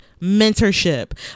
mentorship